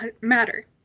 matter